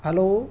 hello